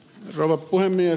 rouva puhemies